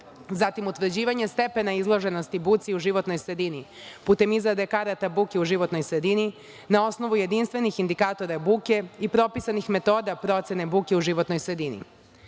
zatim, utvrđivanje stepena izloženosti buci u životnoj sredini putem izrade karata buke u životnoj sredini, na osnovu jedinstvenih indikatora buke i propisanih metoda procene buke u životnoj sredini,